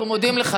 אנחנו מודים לך.